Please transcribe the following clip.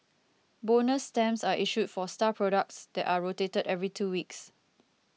bonus stamps are issued for star products that are rotated every two weeks